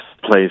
place